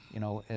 you know?